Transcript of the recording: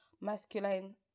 masculine